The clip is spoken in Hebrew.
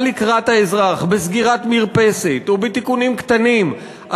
לקראת האזרח בסגירת מרפסת או בתיקונים קטנים,